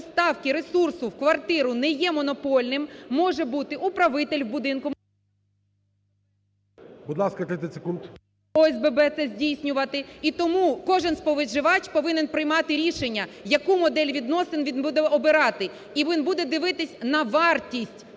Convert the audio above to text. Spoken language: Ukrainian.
поставки ресурсу в квартиру не є монопольним, може бути управитель будинку… ГОЛОВУЮЧИЙ. Будь ласка, 30 секунд. БАБАК А.В. … ОСББ це здійснювати. І тому кожен споживач повинен приймати рішення, яку модель відносин він буде обирати. І він буде дивитись на вартість